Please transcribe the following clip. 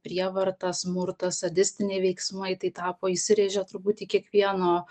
prievarta smurtas sadistiniai veiksmai tai tapo įsirėžė turbūt į kiekvieno